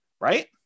right